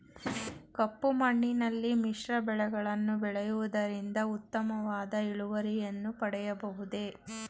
ಕಪ್ಪು ಮಣ್ಣಿನಲ್ಲಿ ಮಿಶ್ರ ಬೆಳೆಗಳನ್ನು ಬೆಳೆಯುವುದರಿಂದ ಉತ್ತಮವಾದ ಇಳುವರಿಯನ್ನು ಪಡೆಯಬಹುದೇ?